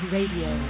Radio